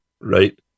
right